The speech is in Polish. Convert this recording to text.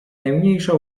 najmniejsza